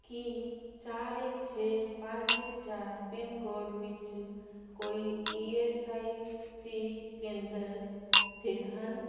ਕੀ ਚਾਰ ਇੱਕ ਛੇ ਪੰਜ ਇੱਕ ਚਾਰ ਪਿਨ ਕੋਡ ਵਿੱਚ ਕੋਈ ਈ ਐੱਸ ਆਈ ਸੀ ਕੇਂਦਰ ਸਥਿਤ ਹਨ